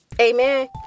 Amen